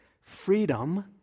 Freedom